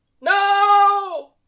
No